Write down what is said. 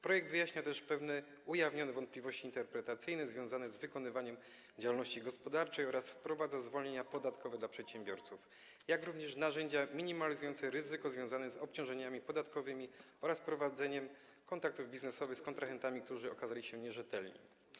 Projekt wyjaśnia też pewne ujawnione wątpliwości interpretacyjne związane z wykonywaniem działalności gospodarczej oraz wprowadza zwolnienia podatkowe dla przedsiębiorców, jak również narzędzia minimalizujące ryzyko związane z obciążeniami podatkowymi oraz prowadzeniem kontaktów biznesowych z kontrahentami, którzy okazali się nierzetelni.